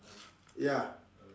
ya